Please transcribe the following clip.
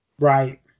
Right